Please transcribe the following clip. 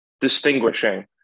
distinguishing